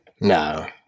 No